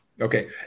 Okay